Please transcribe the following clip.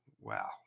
Wow